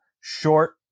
short